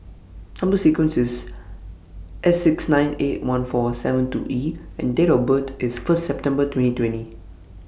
Number sequence IS S six nine eight one four seven two E and Date of birth IS First September twenty twenty